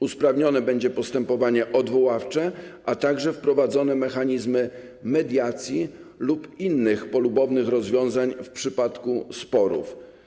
Usprawnione będzie postępowanie odwoławcze, a także zostaną wprowadzone mechanizmy mediacji lub innych polubownych rozwiązań w przypadku sporów.